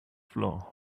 floor